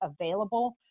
available